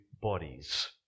bodies